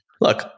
Look